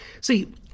See